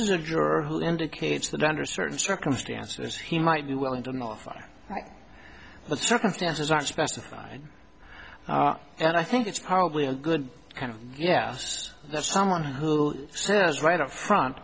was a juror who indicated that under certain circumstances he might be willing to modify the circumstances are specified and i think it's probably a good kind of yeah that someone who says right up front